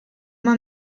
man